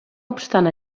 obstant